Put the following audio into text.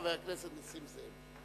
חבר הכנסת נסים זאב,